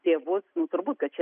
tėvus turbūt kad čia